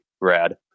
rad